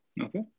Okay